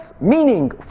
meaning